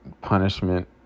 punishment